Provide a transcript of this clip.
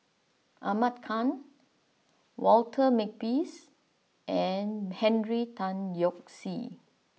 Ahmad Khan Walter Makepeace and Henry Tan Yoke See